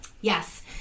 Yes